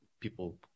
people